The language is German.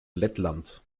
lettland